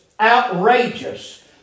outrageous